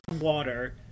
water